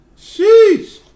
Sheesh